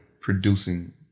producing